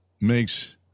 makes